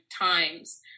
times